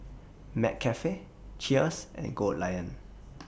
McCafe Cheers and Goldlion